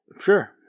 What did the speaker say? Sure